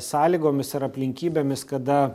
sąlygomis ar aplinkybėmis kada